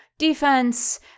defense